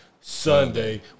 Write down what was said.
Sunday